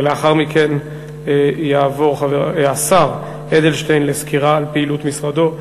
ולאחר מכן יעבור השר אדלשטיין לסקירה על פעילות משרדו,